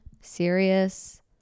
serious